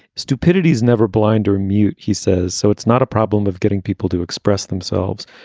stupidities never blind or mute, he says. so it's not a problem of getting people to express themselves,